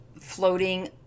floating